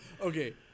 Okay